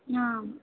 ஆ